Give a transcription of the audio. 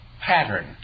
pattern